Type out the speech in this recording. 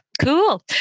Cool